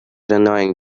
annoying